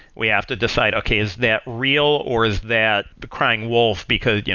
we have to decide, okay, is that real or is that the crying wolf? because, yeah